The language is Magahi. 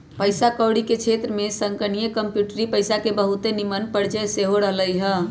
पइसा कौरी के क्षेत्र में संगणकीय कंप्यूटरी पइसा के बहुते निम्मन परिचय सेहो रहलइ ह